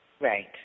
Right